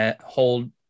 hold